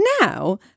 now